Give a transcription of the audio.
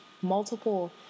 multiple